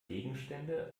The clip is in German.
gegenstände